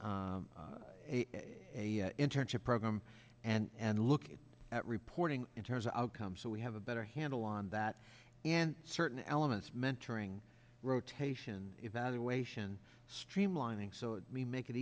systematize a internship program and looking at reporting in terms of outcomes so we have a better handle on that and certain elements mentoring rotation evaluation streamlining so we make it